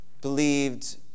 believed